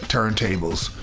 turntables.